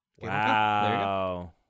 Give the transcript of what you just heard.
Wow